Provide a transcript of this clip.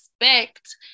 expect